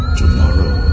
tomorrow